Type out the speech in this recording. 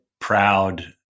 proud